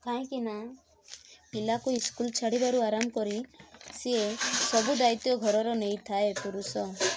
କାହିଁକିନା ପିଲାକୁ ସ୍କୁଲ ଛାଡ଼ିବାରୁ ଆରମ୍ଭ କରି ସିଏ ସବୁ ଦାୟିତ୍ୱ ଘରର ନେଇଥାଏ ପୁରୁଷ